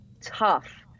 tough